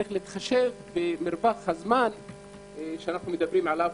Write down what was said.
יש להתחשב במרווח הזמן שאנחנו מדברים עליו,